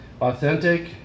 authentic